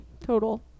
total